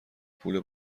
پول